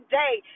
day